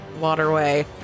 waterway